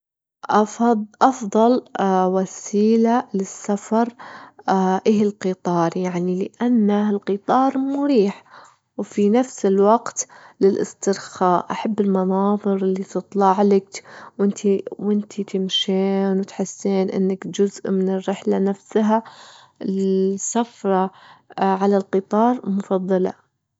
أفضل وسيلة للسفر إهي القطار، يعني لأن القطار مريح، وفي نفس الوقت للأسترخاء، أحب المناظر اللي تطلعلتش وأنتي- وأنتي تمشين وتحسين إنك جزء من الرحلة نفسها، السفرة على القطار مفضلة.